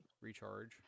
recharge